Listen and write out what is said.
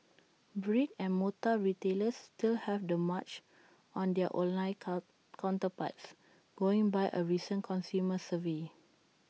brick and mortar retailers still have the March on their online cut counterparts going by A recent consumer survey